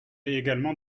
également